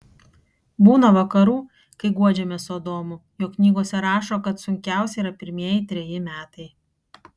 būna vakarų kai guodžiamės su adomu jog knygose rašo kad sunkiausi yra pirmieji treji metai